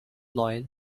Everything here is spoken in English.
loyal